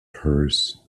purse